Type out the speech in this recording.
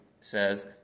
says